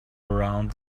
around